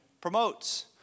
promotes